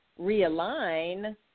realign